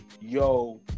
yo